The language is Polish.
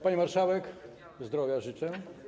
Pani Marszałek, zdrowia życzę.